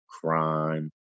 crime